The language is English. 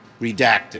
redacted